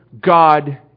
God